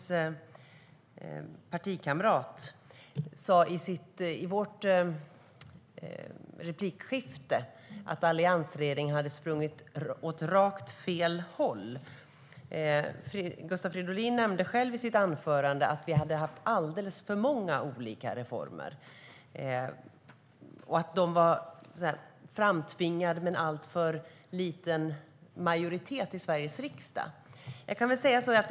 Jabar Amin sa i vårt replikskifte att alliansregeringen hade sprungit åt rakt fel håll. Gustav Fridolin nämnde själv i sitt anförande att vi hade haft alldeles för många olika reformer och att de var framtvingade med alltför liten majoritet i Sveriges riksdag.